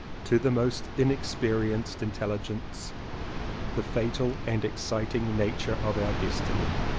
to the most inexperienced intelligence the fatal and exciting nature of our destiny,